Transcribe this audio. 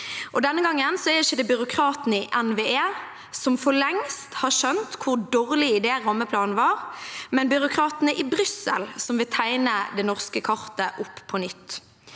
Denne gangen er det ikke byråkratene i NVE, som for lengst har skjønt hvilken dårlig idé rammeplanen var, men byråkratene i Brussel som vil tegne det norske kartet opp på nytt.